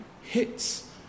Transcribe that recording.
hits